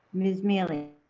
ms. miele?